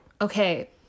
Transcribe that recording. okay